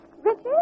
Richard